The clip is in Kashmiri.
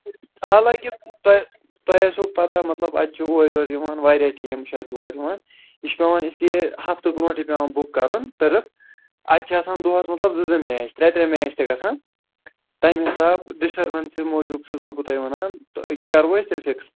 حالانٛکہِ تۄہہِ تۄہہِ آسیو پَتہ مطلب اَتہِ چھِ اورٕ یورٕ یِوان واریاہ ٹیٖم چھِ اَتہِ اور یِوان یہِ چھُ پٮ۪وان اِسلیے ہَفتہٕ برٛونٛٹھٕے پٮ۪وان بُک کَرُن ٹٔرٕف اَتہِ چھِ آسان دۄہَس مطلب زٕ زٕ میچ ترٛےٚ ترٛےٚ میچ تہِ گژھان تَمۍ حِساب ڈِسٹٔربَنسہِ موٗجوٗب چھُسو بہٕ تۄہہِ ونان تہٕ یہِ کَروٕ أسۍ تیٚلہِ فِکٕس